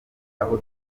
aho